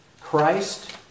Christ